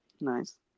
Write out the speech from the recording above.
nice